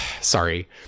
sorry